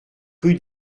rue